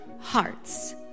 hearts